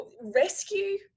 rescue